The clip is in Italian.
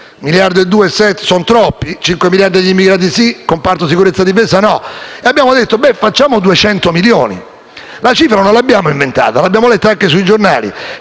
1,2 miliardi sono troppi (5 miliardi agli immigrati sì, ma al comparto sicurezza e difesa no), bene, stanziamo 200 milioni. E la cifra non l'abbiamo inventata, ma l'abbiamo letta anche sui giornali.